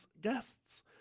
guests